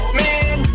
man